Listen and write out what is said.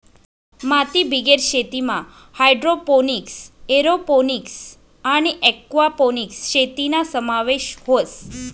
मातीबिगेर शेतीमा hydroponics, aeroponics आणि एक्वापोनिक्स शेतीना समावेश व्हस